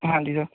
ਹਾਂਜੀ ਸਰ